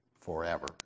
forever